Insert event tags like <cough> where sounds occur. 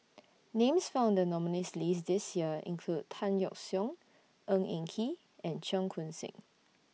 <noise> Names found in The nominees' list This Year include Tan Yeok Seong Ng Eng Kee and Cheong Koon Seng